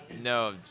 No